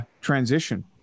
transition